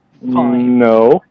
No